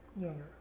younger